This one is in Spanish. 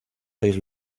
seis